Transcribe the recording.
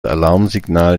alarmsignal